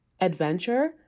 adventure